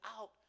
out